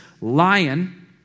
lion